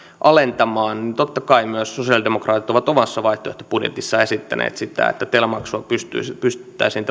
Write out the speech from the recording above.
alentamaan niin totta kai myös sosialidemokraatit ovat omassa vaihtoehtobudjetissaan esittäneet sitä että tel maksua pystyttäisiin